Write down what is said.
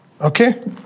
Okay